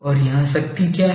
और यहाँ शक्ति क्या है